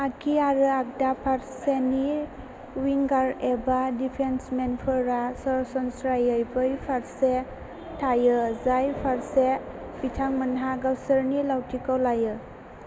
आग्सि आरो आग्दा फारसेनि विंगार एबा डिफेन्समेनफोरा सरासनस्रायै बै फारसे थायो जाय फारसे बिथांमोनहा गावसोरनि लावथिखौ लायो